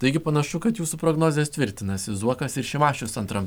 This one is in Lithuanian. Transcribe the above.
taigi panašu kad jūsų prognozės tvirtinasi zuokas ir šimašius antram